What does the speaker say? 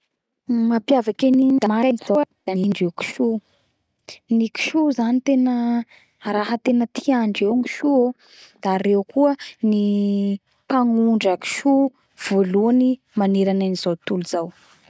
Ny mapiavaky an ny Danemark haiko koa da ny fitiavandreo kiso ny kiso zany tena raha tena tiandreo ny kiso o da reo koa ny mpagnondra kisoa voalohany manerana an izao tontolo izao